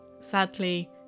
Sadly